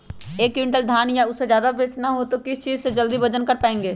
एक क्विंटल धान या उससे ज्यादा बेचना हो तो किस चीज से जल्दी वजन कर पायेंगे?